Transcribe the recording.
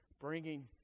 bringing